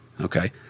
Okay